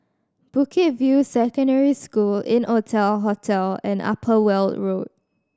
Bukit View Secondary School Innotel Hotel and Upper Weld Road